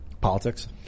Politics